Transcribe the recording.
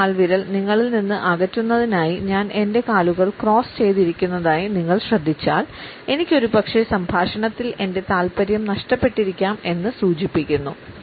എന്റെ കാൽവിരൽ നിങ്ങളിൽ നിന്ന് അകറ്റുന്നതിനായി ഞാൻ എന്റെ കാലുകൾ ക്രോസ് ചെയ്തു ഇരിക്കുന്നതായി നിങ്ങൾ ശ്രദ്ധിച്ചാൽ എനിക്ക് ഒരുപക്ഷേ സംഭാഷണത്തിൽ എന്റെ താൽപ്പര്യം നഷ്ടപ്പെട്ടിരിക്കാം എന്ന് സൂചിപ്പിക്കുന്നു